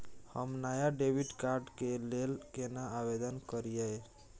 हम नया debit card के लेल केना आवेदन करियै?